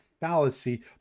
fallacy